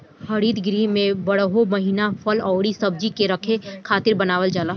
हरित गृह में बारहो महिना फल अउरी सब्जी के रखे खातिर बनावल जाला